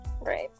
Right